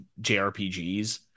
JRPGs